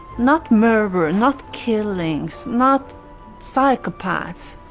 not murder, ah not killing, so not psychopaths,